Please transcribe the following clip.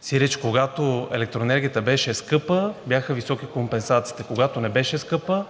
Сиреч когато електроенергията беше скъпа, бяха високи компенсациите; когато не беше скъпа,